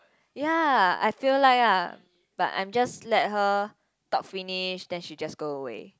ya I feel like lah but I'm just let her talk finish then she just go away